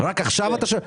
רק עכשיו אתה שואל?